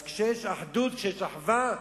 אז כשיש אחדות, כשיש אחווה,